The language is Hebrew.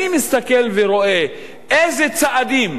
אני מסתכל ורואה איזה צעדים,